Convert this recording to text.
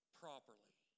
properly